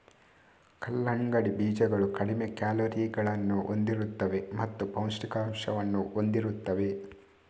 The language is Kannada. ಕಲ್ಲಂಗಡಿ ಬೀಜಗಳು ಕಡಿಮೆ ಕ್ಯಾಲೋರಿಗಳನ್ನು ಹೊಂದಿರುತ್ತವೆ ಮತ್ತು ಪೌಷ್ಠಿಕಾಂಶವನ್ನು ಹೊಂದಿರುತ್ತವೆ